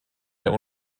der